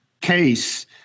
case